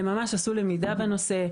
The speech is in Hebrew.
הם ממש עשו למידה בנושא,